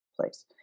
place